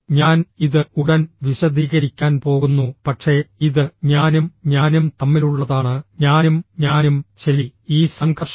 ഞാൻ ഇത് ഉടൻ വിശദീകരിക്കാൻ പോകുന്നു പക്ഷേ ഇത് ഞാനും ഞാനും തമ്മിലുള്ളതാണ് ഞാനും ഞാനും ശരി ഈ സംഘർഷം